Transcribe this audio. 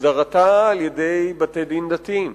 הגדרתה על-ידי בתי-דין דתיים.